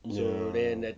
ya